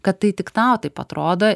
kad tai tik tau taip atrodo